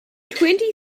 twenty